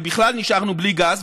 ובכלל נשארנו בלי גז,